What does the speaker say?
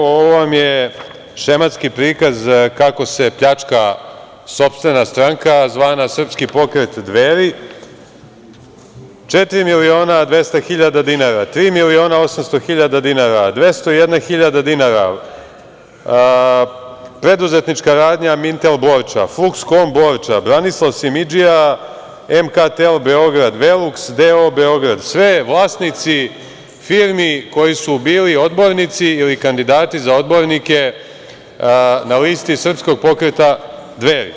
Ovo vam je šematski prikaz kako se pljačka sopstvena stranka zvana Srpski pokret Dveri – četiri miliona 200.000 dinara, tri miliona 800.000 dinara, 201.000 dinara, preduzetnička radnja „Mintel“ Borča, „Fluks kom“ Borča, Branislav Simidžija MK Tel Beograd, „Veluks“ d.o. Beograd, sve vlasnici firmi koji su bili odbornici ili kandidati za odbornike na listi Srpskog pokreta Dveri.